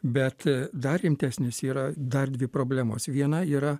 bet dar rimtesnės yra dar dvi problemos viena yra